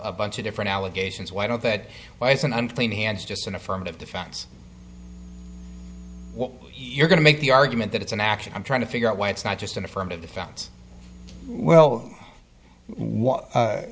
a bunch of different allegations why don't it why isn't unclean hands just an affirmative defense you're going to make the argument that it's an actually i'm trying to figure out why it's not just an affirmative defense well